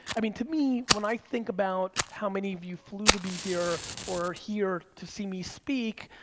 i mean, to me, when i think about how many of you flew to be here or are here to see me speak,